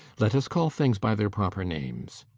let us call things by their proper names.